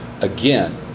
Again